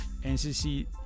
NCC